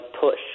push